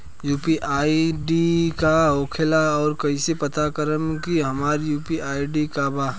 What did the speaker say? UPI ID का होखेला और कईसे पता करम की हमार यू.पी.आई आई.डी का बा?